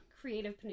creative